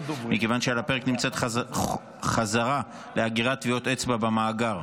מכיוון שעל הפרק נמצאת חזרה לאגירת טביעות אצבע במאגר,